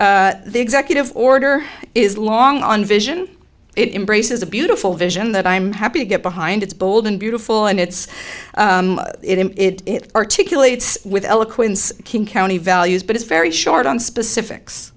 the executive order is long on vision it embraces a beautiful vision that i'm happy to get behind it's bold and beautiful and it's it articulated with eloquence king county values but it's very short on specifics